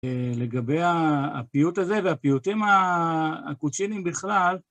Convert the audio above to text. לגבי הפיוט הזה והפיוטים הקוצ'ינים בכלל,